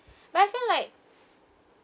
but I feel like